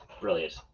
Brilliant